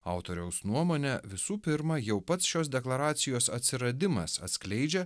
autoriaus nuomone visų pirma jau pats šios deklaracijos atsiradimas atskleidžia